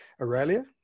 Aurelia